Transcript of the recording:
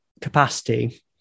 capacity